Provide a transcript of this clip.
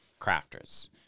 crafters